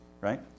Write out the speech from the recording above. right